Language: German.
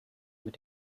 mit